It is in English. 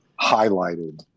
highlighted